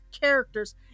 characters